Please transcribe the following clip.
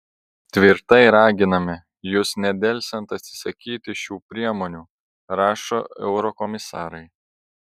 tvirtai raginame jus nedelsiant atsisakyti šių priemonių rašo eurokomisarai